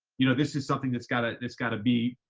you know, this is something that's gotta, it's gotta be,